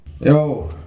Yo